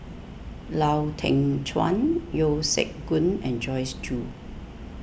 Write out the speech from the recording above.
Lau Teng Chuan Yeo Siak Goon and Joyce Jue